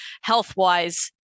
health-wise